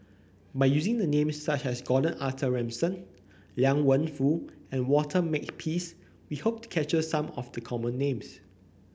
by using names such as Gordon Arthur Ransome Liang Wenfu and Walter Makepeace we hope to capture some of the common names